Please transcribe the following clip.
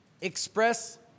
express